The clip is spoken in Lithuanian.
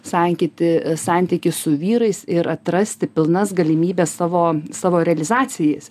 sankytį santykį su vyrais ir atrasti pilnas galimybes savo savo realizacijais